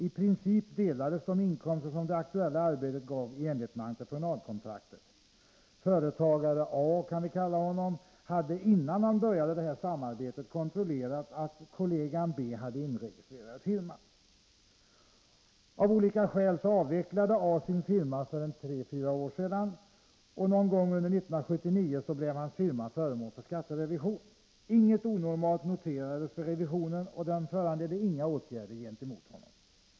I princip delades de inkomster som det aktuella arbetet gav i enlighet med entreprenadkontraktet. Företagaren A hade innan han började samarbetet kontrollerat att kollegan, företagare B, hade inregistrerad firma. Av olika skäl avvecklade A sin firma för tre fyra år sedan. Någon gång under 1979 blev hans firma föremål för skatterevision. Inget onormalt noterades vid skatterevisionen, och den föranledde inga åtgärder mot honom.